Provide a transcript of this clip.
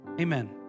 amen